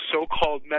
so-called